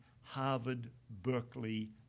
Harvard-Berkeley